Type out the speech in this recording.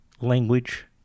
language